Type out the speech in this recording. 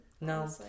No